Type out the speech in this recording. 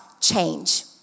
change